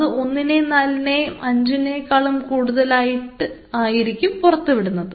അത് ഒന്നിനെയും നാലിനെയും അഞ്ചിനേക്കാളും കൂടുതലായിട്ട് ആയിരിക്കും പുറത്തുവിടുന്നത്